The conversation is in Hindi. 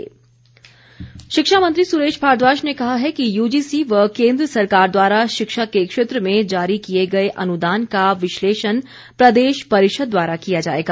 सुरेश भारद्वाज शिक्षामंत्री सुरेश भारद्वाज ने कहा है कि यूजीसी व केन्द्र सरकार द्वारा शिक्षा के क्षेत्र में जारी किए गए अनुदान का विश्लेषण प्रदेश परिषद द्वारा किया जाएगा